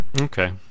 Okay